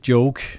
Joke